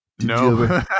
no